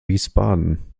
wiesbaden